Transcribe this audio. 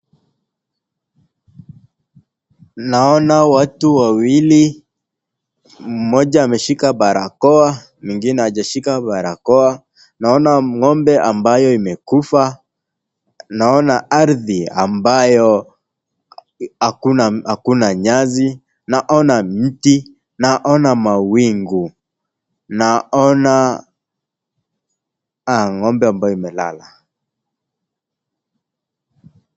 Naona watu wawili, mmoja ameshika barakoa, mwingine hajashika barakoa. Naona ng'ombe ambayo imekufa. Naona ardhi ambayo hakuna nyasi, naona miti, naona mawingu, naona ng'ombe ambayo imelala.